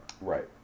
right